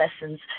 lessons